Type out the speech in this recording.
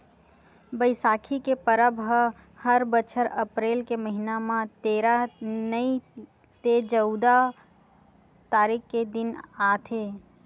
बइसाखी के परब ह हर बछर अपरेल के महिना म तेरा नइ ते चउदा तारीख के दिन आथे